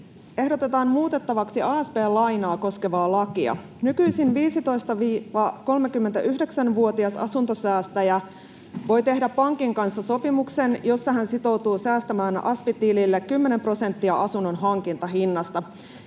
— Puhemies koputtaa] asp-lainaa koskevaa lakia. Nykyisin 15—39-vuotias asuntosäästäjä voi tehdä pankin kanssa sopimuksen, jossa hän sitoutuu säästämään asp-tilille 10 prosenttia asunnon hankintahinnasta.